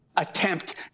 attempt